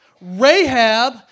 Rahab